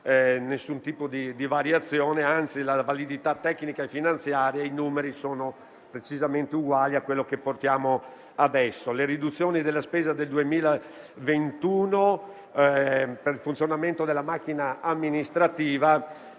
alcun tipo di variazione. Anzi, la validità tecnica e finanziaria e i numeri sono decisamente uguali a quelli attuali. Le riduzioni della spesa del 2021 per il funzionamento della macchina amministrativa